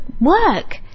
work